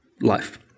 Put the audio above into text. life